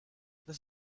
this